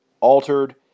altered